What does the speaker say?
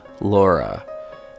Laura